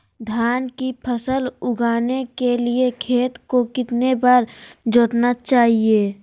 धान की फसल उगाने के लिए खेत को कितने बार जोतना चाइए?